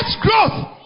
growth